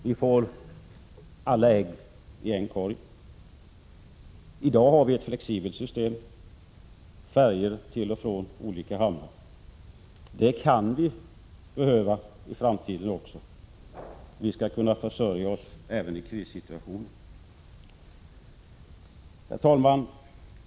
Vi får alla ägg i en korg. I dag har vi ett flexibelt system med färjor till och från olika hamnar. Det kan vi behöva i framtiden också. Vi skall kunna försörja oss även i krissituationer. Herr talman!